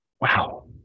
Wow